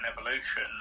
evolution